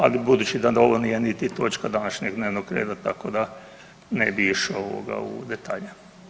Ali budući da ovo nije niti točka današnjeg dnevnog reda, tako da ne bi išao u detalje.